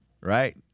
right